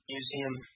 Museum